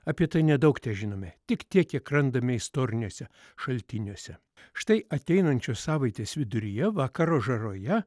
apie tai nedaug težinome tik tiek kiek randame istoriniuose šaltiniuose štai ateinančios savaitės viduryje vakaro žaroje